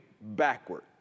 backward